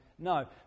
No